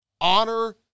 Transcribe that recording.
honor